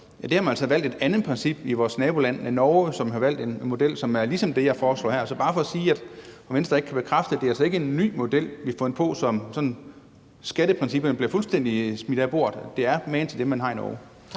så har man altså valgt et andet princip i vores naboland Norge; de har valgt en model, som er ligesom det, jeg foreslår her. Så det er bare for at spørge, om Venstre ikke kan bekræfte, at det altså ikke er en ny model, vi har fundet på, sådan at skatteprincipperne bliver fuldstændig smidt af bordet, men at den er magen til det, man har i Norge.